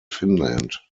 finland